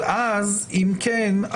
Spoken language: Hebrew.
אבל אם כן,